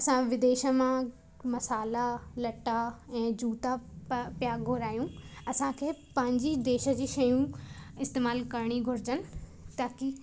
असां विदेश मां मसाल्हा लटा ऐं जूता पिया घुरायूं असांखे पंहिंजी देश जी शयूं इस्तेमालु करिणी घुरिजनि ताकी